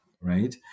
right